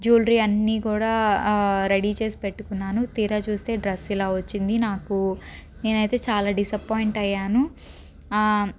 jewellery అన్నీ కూడా ready చేసి పెట్టుకున్నాను తీరా చూస్తే డ్రెస్ ఇలా వచ్చింది నాకు నేనైతే చాలా డిసపాయింట్ అయ్యాను